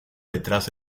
detrás